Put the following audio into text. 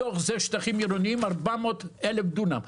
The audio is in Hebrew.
מתוך זה שטחים עירוניים, 400,000 דונם.